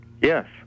Yes